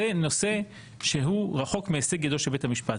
זה נושא שהוא רחוק מהישג ידו של בית המשפט.